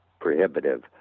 prohibitive